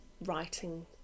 writing